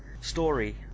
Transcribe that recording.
story